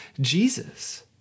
Jesus